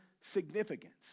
significance